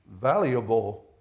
valuable